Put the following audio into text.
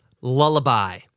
Lullaby